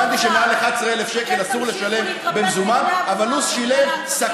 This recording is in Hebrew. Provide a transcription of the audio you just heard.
הבנתי שמעל 11,000 שקל אסור לשלם במזומן, אתם